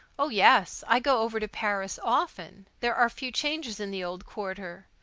oh, yes, i go over to paris often. there are few changes in the old quarter.